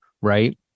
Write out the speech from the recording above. right